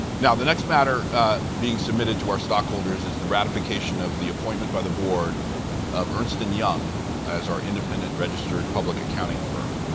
now, the next matter being submitted to our stockholders is the ratification of the appointment by the board of ernst and young as our independent registered public accounting firm.